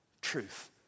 truth